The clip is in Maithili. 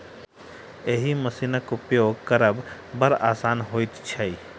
एहि मशीनक उपयोग करब बड़ आसान होइत छै